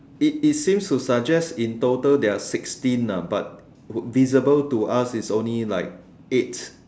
it it seems to suggest in total there are sixteen ah but visible to us is only like eight